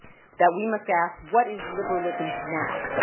that we must ask, what is liberalism now?